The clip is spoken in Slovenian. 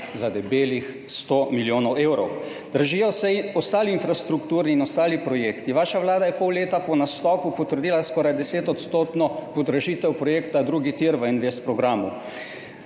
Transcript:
za debelih 100 milijonov evrov. Dražijo se ostali infrastrukturni in ostali projekti. Vaša vlada je pol leta po nastopu potrdila skoraj 10-odstotno podražitev projekta drugi tir v